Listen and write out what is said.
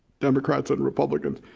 democrats and republicans.